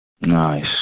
nice